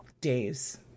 days